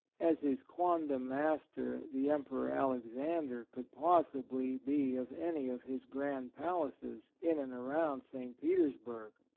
as his quondam master, the em peror alexander, could possibly be of any of his grand palaces in and around st. petersburg.